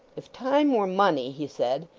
if time were money he said,